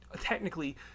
technically